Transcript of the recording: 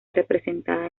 representada